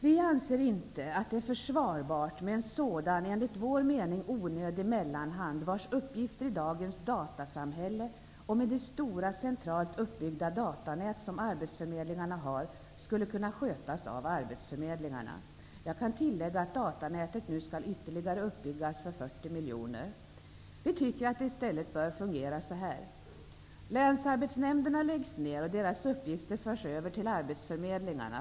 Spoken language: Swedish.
Vi anser inte att det är försvarbart med en sådan, enligt vår mening, onödig mellanhand, vars uppgifter i dagens datasamhälle, med det stora, centralt uppbyggda datanät som arbetsförmedlingarna har, skulle kunna skötas av arbetsförmedlingarna. Jag kan tillägga att datanätet nu skall byggas upp ytterligare för 40 Vi tycker att det i stället bör fungera så här: Länsarbetsnämnderna läggs ner och deras uppgifter förs över till arbetsförmedlingarna.